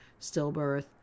stillbirth